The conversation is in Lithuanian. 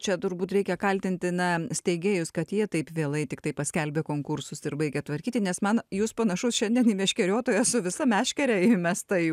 čia turbūt reikia kaltinti na steigėjus kad jie taip vėlai tiktai paskelbė konkursus ir baigė tvarkyti nes man jūs panašus šiandien į meškeriotoją su visa meškere įmesta į